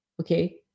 Okay